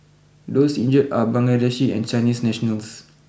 those injured are Bangladeshi and Chinese nationals